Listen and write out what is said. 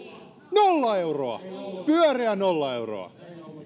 nolla euroa pyöreä nolla euroa